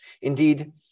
Indeed